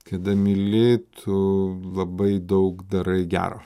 kada myli tu labai daug darai gero